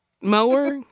Mower